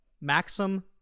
Maxim